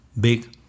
big